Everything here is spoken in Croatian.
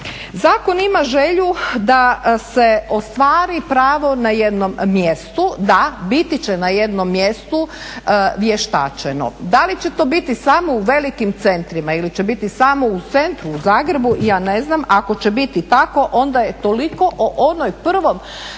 Zakon ima želju da se ostvari pravo na jednom mjestu. Da, biti će na jednom mjestu vještačeno. Da li će to biti samo u velikim centrima ili će biti samo u centru u Zagrebu ja ne znam. Ako će biti tako onda je toliko o onom prvom